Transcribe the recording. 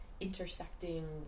intersecting